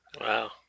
Wow